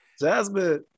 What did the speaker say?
Jasmine